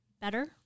better